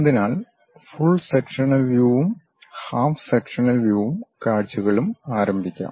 അതിനാൽ full sectional view വും half sectional view കാഴ്ചകളും ആരംഭിക്കാം